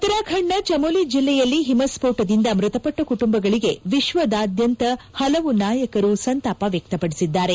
ಉತ್ತರಾಖಂಡ್ ನ ಚಮೋಲಿ ಜಿಲ್ಲೆಯಲ್ಲಿ ಹಿಮ ಸ್ಪೋಣದಿಂದ ಮೃತಪಟ್ಟ ಕುಟುಂಬಗಳಿಗೆ ವಿಶ್ವದಾದ್ಯಂತ ಹಲವು ನಾಯಕರು ಸಂತಾಪ ವ್ಯಕ್ತಪಡಿಸಿದ್ದಾರೆ